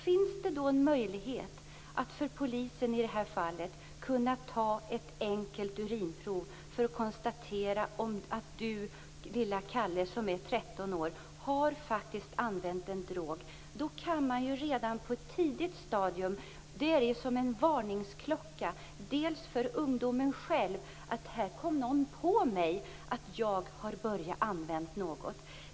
Finns det då en möjlighet, för polisen i det här fallet, att ta ett enkelt urinprov för att konstatera att lille Kalle, som är 13 år, faktiskt har använt en drog, så blir det ju som en varningsklocka för den unge själv: Här kom någon på mig med att ha börjat använda narkotika.